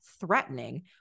threatening